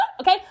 Okay